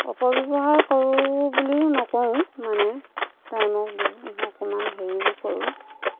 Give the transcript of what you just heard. অপব্যৱহাৰ কৰোঁ বুলিও নকওঁঁ মানে টাইমক অকণমান হেৰিও কৰোঁ